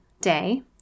day